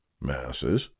masses